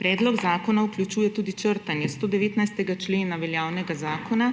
Predlog zakona vključuje tudi črtanje 119. člena veljavnega zakona,